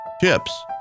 Tips